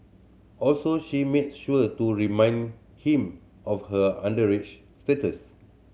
also she made sure to remind him of her underage status